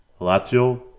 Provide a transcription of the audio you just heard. Lazio